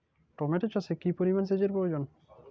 Tomato চাষে কি পরিমান সেচের প্রয়োজন?